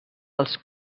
els